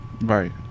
Right